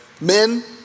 Men